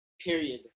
period